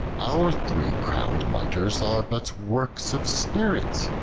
our three-crown'd miters are but works of spirit,